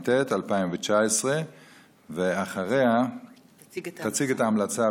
התשע"ט 2019. תציג את ההמלצה,